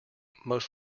most